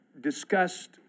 discussed